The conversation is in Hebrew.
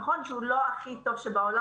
נכון שהוא לא הכי טוב שבעולם,